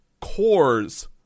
cores